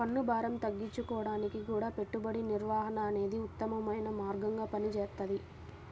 పన్నుభారం తగ్గించుకోడానికి గూడా పెట్టుబడి నిర్వహణ అనేదే ఉత్తమమైన మార్గంగా పనిచేస్తది